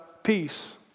peace